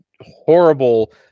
horrible